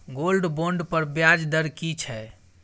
Gold bond पर ब्याज दर की छै?